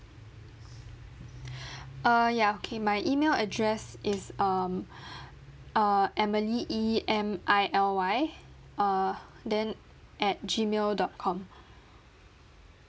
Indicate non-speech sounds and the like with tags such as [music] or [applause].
[breath] err ya okay my email address is um [breath] err emily E M I L Y err then at gmail dot com